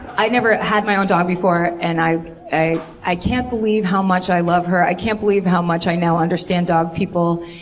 i never had my own dog before. and i i can't believe how much i love her. i can't believe how much i now understand dog people.